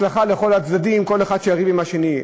הצלחה לכל הצדדים, כל אחד יריב עם השני.